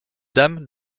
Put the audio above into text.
dames